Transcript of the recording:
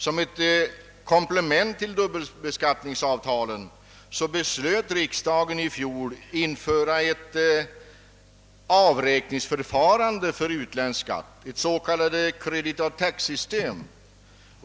Som ett komplement till dubbelbeskattningsavtalen beslöt riksdagen i fjol införa ett avräkningsförfarande för utländsk skatt, ett s.k. credit of taxsystem.